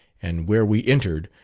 and where we entered,